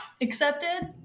accepted